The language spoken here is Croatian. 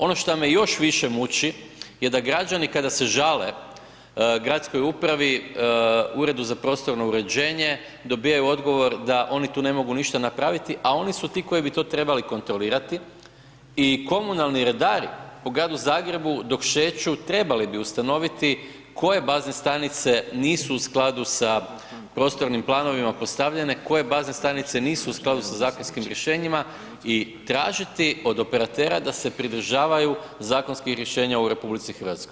Ono šta me još više muči je da građani kada se žale gradskoj upravi Uredu za prostornoj uređenje dobivaju odgovor da oni tu ne mogu ništa napraviti, a oni su ti koji bi to trebali kontrolirati i komunalni redari po gradu Zagrebu dok šeću trebali bi ustanoviti koje bazne stanice nisu u skladu sa prostornim planovima postavljene, koje bazne stanice nisu u skladu sa zakonskim rješenjima i tražiti od operatera da se pridržavaju zakonskih rješenja u RH.